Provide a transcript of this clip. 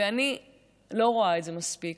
ואני לא רואה את זה מספיק,